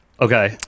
Okay